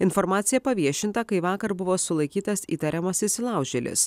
informacija paviešinta kai vakar buvo sulaikytas įtariamas įsilaužėlis